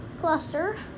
cluster